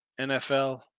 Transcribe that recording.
NFL